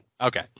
okay